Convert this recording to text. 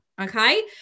Okay